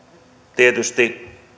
tietysti